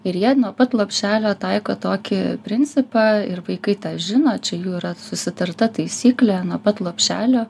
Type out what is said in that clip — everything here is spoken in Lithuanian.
ir jie nuo pat lopšelio taiko tokį principą ir vaikai tą žino čia jų yra susitarta taisyklė nuo pat lopšelio